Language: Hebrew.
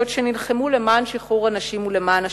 שנלחמו למען שחרור הנשים ולמען השוויון.